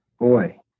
Boy